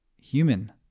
human